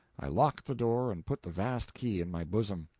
i locked the door and put the vast key in my bosom.